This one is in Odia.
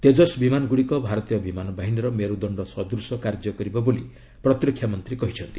ତେଜସ୍ ବିମାନଗୁଡ଼ିକ ଭାରତୀୟ ବିମାନ ବାହିନୀର ମେରୁଦ୍ରଣ୍ଣ ସଦୂଶ କାର୍ଯ୍ୟ କରିବ ବୋଲି ପ୍ରତିରକ୍ଷା ମନ୍ତ୍ରୀ କହିଛନ୍ତି